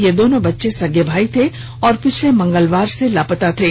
ये दोनों बच्चे सगे भाई थे और पिछले मंगलवार से लापता थे